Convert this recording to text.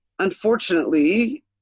Unfortunately